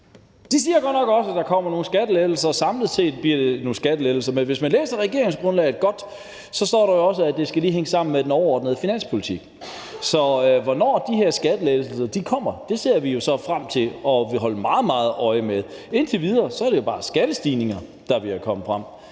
De siger godt nok også, at der samlet set bliver nogle skattelettelser, men hvis man læser regeringsgrundlaget godt, ser man jo også, at der står, at det lige skal hænge sammen med den overordnede finanspolitik. Så hvornår de her skattelettelser kommer, ser vi jo så frem til, og det vil vi holde meget nøje øje med. Indtil videre er det jo bare skattestigninger, der er ved at komme frem.